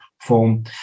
form